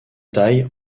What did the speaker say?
taille